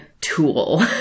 tool